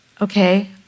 okay